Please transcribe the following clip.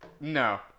No